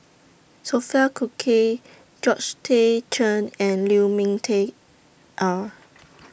Sophia Cooke Georgette Chen and Lu Ming Teh Earl